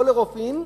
או לרופאים,